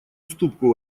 уступку